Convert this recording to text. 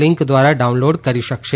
link દ્વારા download કરી શકશે